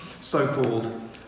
so-called